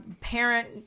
Parent